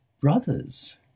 brothers